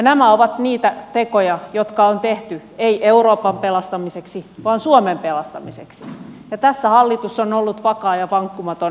nämä ovat niitä tekoja jotka on tehty ei euroopan pelastamiseksi vaan suomen pelastamiseksi ja tässä hallitus on ollut vakaa ja vankkumaton